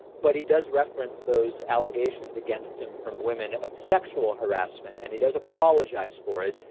but he does reference those allegations against him from women of sexual harassment and he does apologize for it,